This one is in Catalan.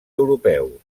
europeus